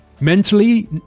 Mentally